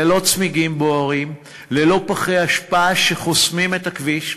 ללא צמיגים בוערים וללא פחי אשפה שחוסמים את הכביש.